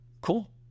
Cool